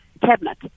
Cabinet